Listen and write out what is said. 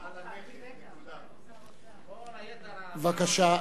העיקר, בבקשה.